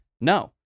No